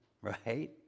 right